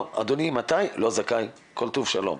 לא 'אדוני לא זכאי, כל טוב ושלום'.